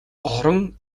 орон